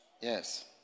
Yes